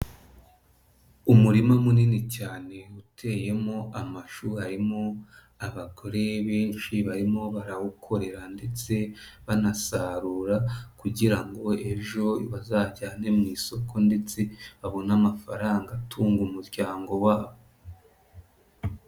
Umurima munini cyane uteyemo amashu, harimo abagore benshi barimo barawukorera ndetse banasarura kugira ngo ejo bazajyane mu isoko ndetse babone amafaranga atunga umuryango wabo.